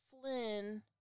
Flynn